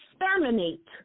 exterminate